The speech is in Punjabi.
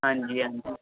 ਹਾਂਜੀ ਹਾਂਜੀ